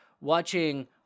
watching